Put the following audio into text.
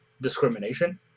discrimination